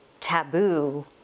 taboo